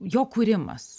jo kūrimas